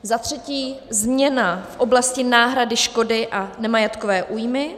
Za třetí, změna v oblasti náhrady škody a nemajetkové újmy.